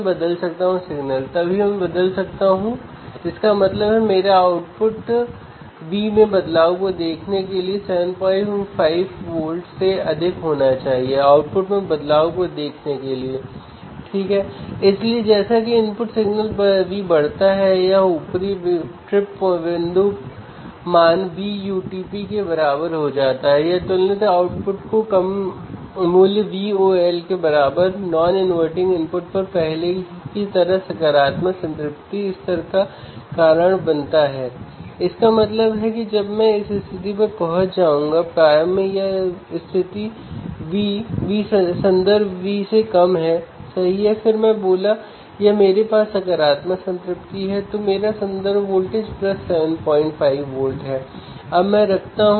इसलिए अगर मैं यह समझना चाहता हूं कि CMRR को बहुत अधिक क्यों होना चाहिए इस का मतलब है कि सिग्नल टू नॉइज़ अनुपात बहुत अधिक है इसका मतलब है मैं छोटे सिग्नल को विशाल नॉइज़ की उपस्थिति में माप सकता हूं